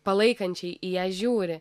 palaikančiai į ją žiūri